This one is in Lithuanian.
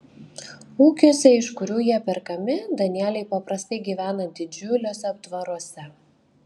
ūkiuose iš kurių jie perkami danieliai paprastai gyvena didžiuliuose aptvaruose